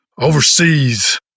overseas